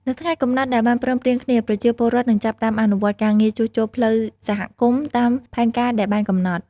នៅថ្ងៃកំណត់ដែលបានព្រមព្រៀងគ្នា ប្រជាពលរដ្ឋនឹងចាប់ផ្ដើមអនុវត្តការងារជួសជុលផ្លូវសហគមន៍តាមផែនការដែលបានកំណត់។